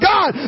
God